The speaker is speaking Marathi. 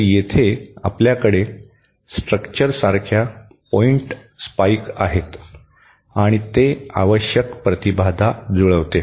तर येथे आपल्याकडे स्ट्रक्चर सारख्या पोइंट स्पाइक आहेत आणि ते आवश्यक प्रतिबाधा जुळवते